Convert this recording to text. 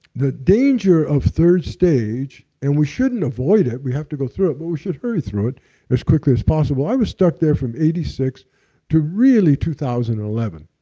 the danger of third stage, and we shouldn't avoid it, we have to go through it. but we should hurry through it as quickly as possible. i was stuck there from eighty six to really two thousand and eleven.